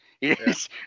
Yes